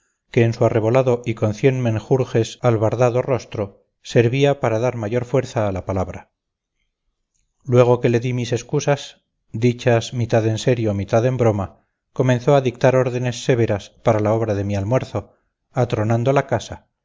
en su arrebolado y con cien menjurjes albardado rostro servía para dar mayor fuerza a la palabra luego que le di mis excusas dichas mitad en serio mitad en broma comenzó a dictar órdenes severas para la obra de mi almuerzo atronando la casa